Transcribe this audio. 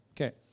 Okay